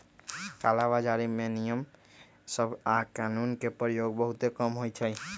कला बजारी में नियम सभ आऽ कानून के प्रयोग बहुते कम होइ छइ